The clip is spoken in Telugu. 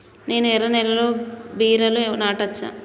నేను ఎర్ర నేలలో బీరలు నాటచ్చా?